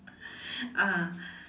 ah